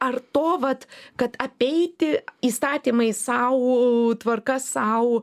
ar to vat kad apeiti įstatymai sau tvarka sau